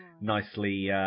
nicely